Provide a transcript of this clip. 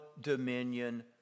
dominion